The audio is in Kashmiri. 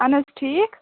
اہَن حظ ٹھیٖک